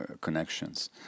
connections